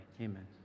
Amen